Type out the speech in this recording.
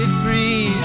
free